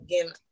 again